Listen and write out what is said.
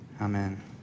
amen